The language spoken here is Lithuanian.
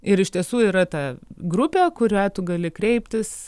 ir iš tiesų yra ta grupė kurią tu gali kreiptis